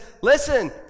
listen